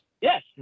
Yes